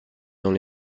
dans